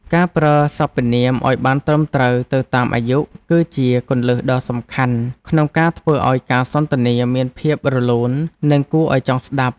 ការប្រើសព្វនាមឱ្យបានត្រឹមត្រូវទៅតាមអាយុ គឺជាគន្លឹះដ៏សំខាន់ក្នុងការធ្វើឱ្យការសន្ទនាមានភាពរលូននិងគួរឱ្យចង់ស្តាប់។